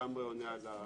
לגמרי עונה על כך.